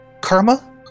Karma